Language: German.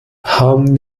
haben